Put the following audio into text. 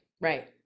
Right